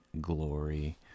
glory